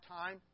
time